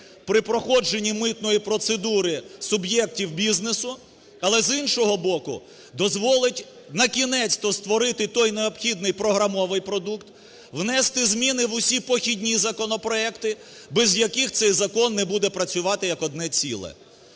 при проходженні митної процедуру суб'єктів бізнесу. Але, з іншого боку, дозволить накінець-то створити той необхідний програмовий продукт, внести зміни в усі похідні законопроекти, без яких цей закон не буде працювати як одне ціле.